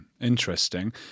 interesting